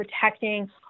protecting